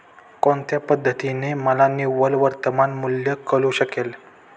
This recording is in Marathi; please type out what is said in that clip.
कोणत्या पद्धतीने मला निव्वळ वर्तमान मूल्य कळू शकेल?